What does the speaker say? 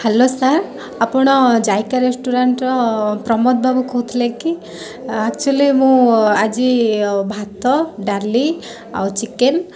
hello sir ଆପଣ ଜାଇକା ରେଷ୍ଟୁରାଣ୍ଟ୍ର ପ୍ରମୋଦ ବାବୁ କହୁଥିଲେ କି ଆକଚୁଆଲି ମୁଁ ଆଜି ଭାତ ଡାଲି ଆଉ ଚିକେନ୍